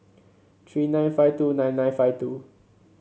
three nine five two nine nine five two